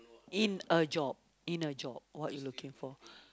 in a job in a job what you looking for